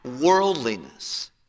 worldliness